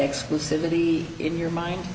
exclusivity in your mind